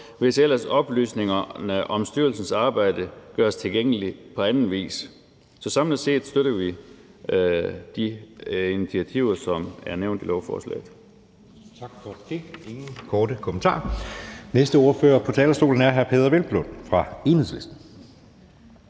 hvis ellers oplysningerne om styrelsens arbejde gøres tilgængelige på anden vis. Så samlet set støtter vi de initiativer, som er nævnt i lovforslaget.